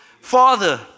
Father